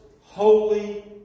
holy